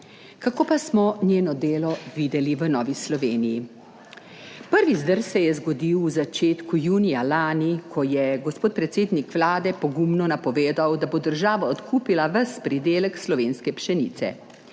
Kako pa smo njeno delo videli v Novi Sloveniji? Prvi zdrs se je zgodil v začetku junija lani, ko je gospod predsednik Vlade pogumno napovedal, da bo država odkupila ves pridelek slovenske pšenice.